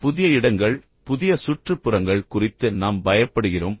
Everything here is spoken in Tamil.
புதிய இடங்கள் புதிய சுற்றுப்புறங்கள் குறித்து நாம் பயப்படுகிறோம்